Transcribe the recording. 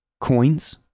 coins